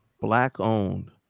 Black-owned